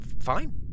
Fine